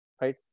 right